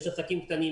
יש עסקים קטנים,